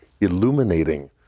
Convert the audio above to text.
illuminating